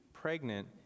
Pregnant